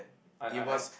I I I